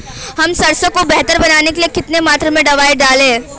हम सरसों को बेहतर बनाने के लिए कितनी मात्रा में दवाई डालें?